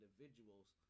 individuals